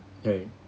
right